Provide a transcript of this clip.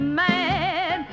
man